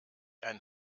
ein